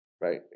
right